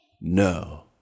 No